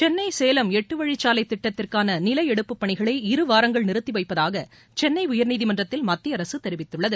சென்னை சேலம் எட்டுவழிச்சாலை திட்டத்திற்கான நில எடுப்பு பணிகளை இருவாரங்கள் நிறுத்தி வைப்பதாக சென்னை உயர்நீதிமன்றத்தில் மத்திய அரசு தெரிவித்துள்ளது